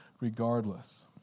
regardless